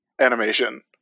animation